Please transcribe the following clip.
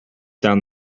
down